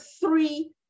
three